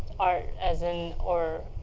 art as in or